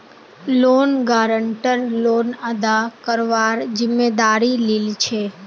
loan guarantor loan अदा करवार जिम्मेदारी लीछे